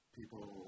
people